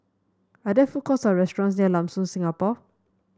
are there food courts or restaurant near Lam Soon Singapore